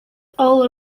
all